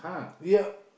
yup